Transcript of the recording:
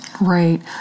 right